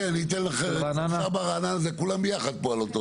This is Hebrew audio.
כן כן אני אתן לך, כפר סבא רעננה, כולם ביחד פה.